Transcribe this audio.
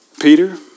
Peter